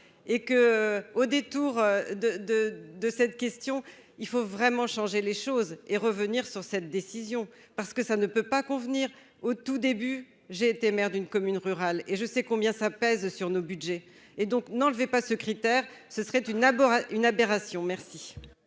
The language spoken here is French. et que, au détour de de de cette question, il faut vraiment changer les choses et revenir sur cette décision, parce que ça ne peut pas convenir au tout début, j'ai été maire d'une commune rurale et je sais combien ça pèse sur nos Budgets et donc n'enlevait pas ce critère, ce serait une abord une aberration merci.